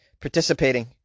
participating